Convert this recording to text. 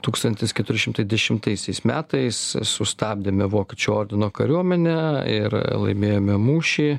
tūkstantis keturi šimtai dešimtaisiais metais sustabdėme vokiečių ordino kariuomenę ir laimėjome mūšį